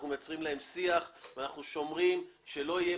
אנחנו מייצרים להם שיח ואנחנו שומרים שלא יהיה